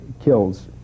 kills